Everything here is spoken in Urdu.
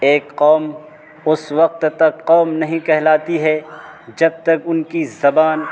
ایک قوم اس وقت تک قوم نہیں کہلاتی ہے جب تک ان کی زبان